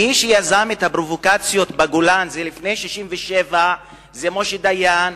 מי שיזם את הפרובוקציות בגולן לפני 1967 זה משה דיין,